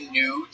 new